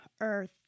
earth